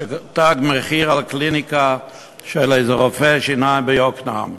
"תג מחיר" על קליניקה של איזה רופא שיניים ביוקנעם.